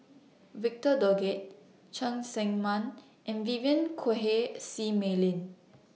Victor Doggett Cheng Tsang Man and Vivien Quahe Seah Mei Lin